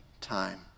time